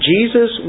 Jesus